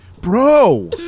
bro